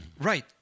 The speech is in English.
right